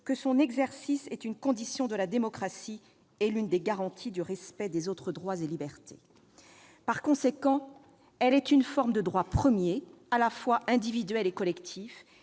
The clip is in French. que son exercice est une condition de la démocratie et l'une des garanties du respect des autres droits et libertés. » Par conséquent, elle est une forme de droit premier, à la fois individuel et collectif,